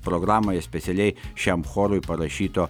programoje specialiai šiam chorui parašyto